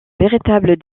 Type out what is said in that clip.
véritable